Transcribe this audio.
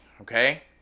okay